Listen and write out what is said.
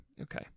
Okay